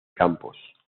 campos